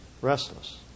restless